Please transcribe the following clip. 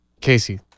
Casey